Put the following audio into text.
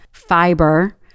fiber